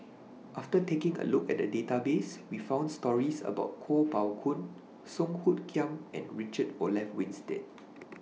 after taking A Look At The Database We found stories about Kuo Pao Kun Song Hoot Kiam and Richard Olaf Winstedt